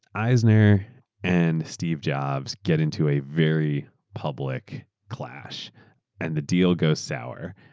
eisner and steve jobs get into a very public clash and the deal goes sour.